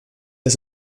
des